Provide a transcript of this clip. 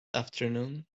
afternoon